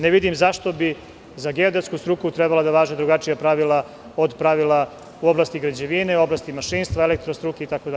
Ne vidim zašto bi za geodetsku trebalo da važe drugačija pravila od pravila u oblasti građevine, u oblasti mašinstva, elektro struke itd.